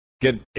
get